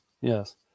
yes